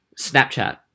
Snapchat